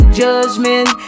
judgment